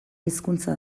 hizkuntza